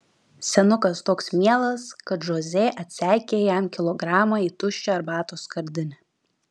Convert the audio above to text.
senukas toks mielas kad žoze atseikėja jam kilogramą į tuščią arbatos skardinę